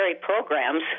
programs